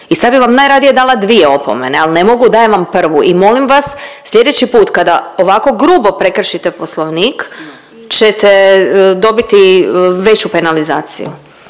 I sad bih najradije dala dvije opomene ali ne mogu, dajem vam prvu. I molim vas sljedeći put kada ovako grubo prekršite Poslovnik ćete dobiti veću penalizaciju.